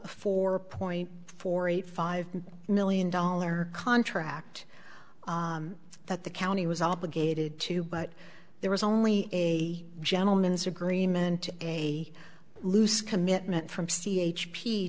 four point four eight five million dollar contract that the county was obligated to but there was only a gentlemen's agreement a loose commitment from c h p